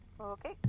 okay